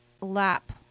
lap